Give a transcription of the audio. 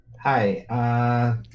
Hi